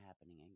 happening